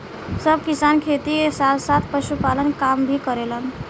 सब किसान खेती के साथ साथ पशुपालन के काम भी करेलन